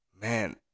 man